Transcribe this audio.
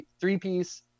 three-piece